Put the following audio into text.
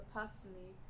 personally